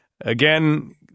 Again